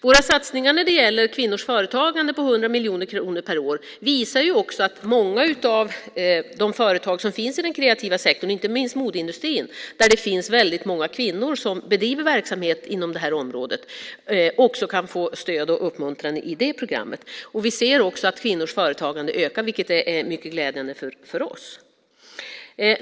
Våra satsningar på 100 miljoner kronor per år när det gäller kvinnors företagande visar att många av företagen i den kreativa sektorn - inte minst modeindustrin där det är väldigt många kvinnor som bedriver verksamhet - också kan få stöd och uppmuntran. Vi ser också att kvinnors företagande ökar, vilket är mycket glädjande.